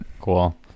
Cool